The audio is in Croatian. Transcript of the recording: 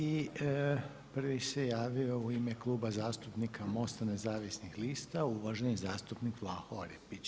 I prvi se javio u ime Kluba zastupnika MOST-a nezavisnih lista uvaženi zastupnik Vlaho Orepić.